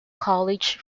college